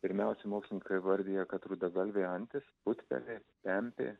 pirmiausia mokslininkai vardija kad rudagalvė antis putpelė pempė